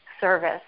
service